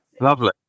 lovely